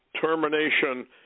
termination